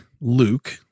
Luke